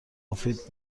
مفید